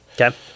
Okay